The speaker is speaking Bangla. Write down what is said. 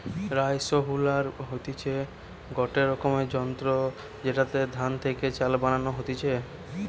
রাইসহুলার হতিছে গটে রকমের যন্ত্র জেতাতে ধান থেকে চাল বানানো হতিছে